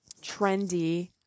trendy